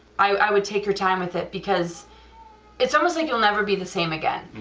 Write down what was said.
i would take your time with it, because it's almost like you'll never be the same again.